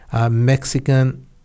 Mexican